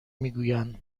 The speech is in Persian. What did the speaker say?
میگویند